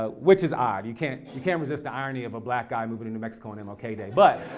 ah which is odd, you can't you can't resist the irony of a black guy moving to new mexico on m l k. day. but